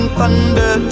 thunder